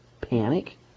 panic